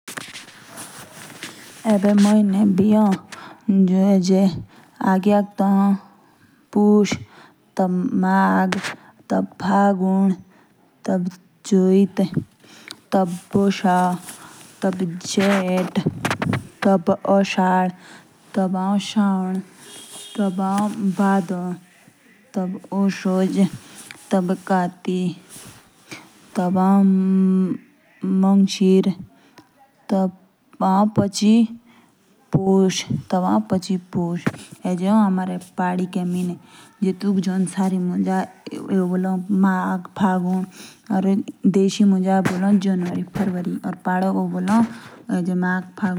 एबे जो माशिन ए टी। अगियाक टी आओ जनवरी, टेटके बाद फ़रावारी टेटके बाद मार्च टटके बाद अप्रेल, मई, जून, जुलाई, ओगैस्ट, सितंबर, अक्टूबर, नवंबर, दिसंबर।